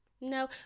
No